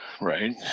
Right